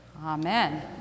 amen